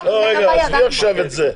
לא, רגע, עזבי עכשיו את זה.